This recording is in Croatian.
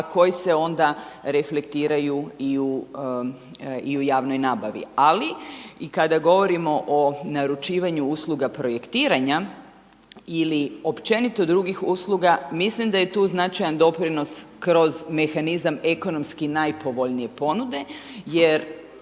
koji se onda reflektiraju i u javnoj nabavi. Ali i kada govorimo o naručivanju usluga projektiranja ili općenito drugih usluga mislim da je tu značajan doprinos kroz mehanizam ekonomski najpovoljnije ponude jer